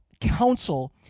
counsel